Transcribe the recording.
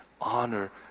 honor